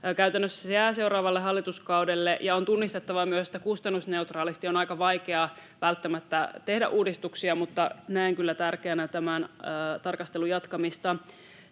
Käytännössä se jää seuraavalle hallituskaudelle, ja on tunnistettava myös, että kustannusneutraalisti on aika vaikeaa tehdä uudistuksia, mutta näen kyllä tärkeänä tämän tarkastelun jatkamisen.